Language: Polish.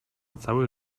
całe